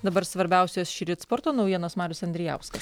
dabar svarbiausios šįryt sporto naujienos marius andrijauskas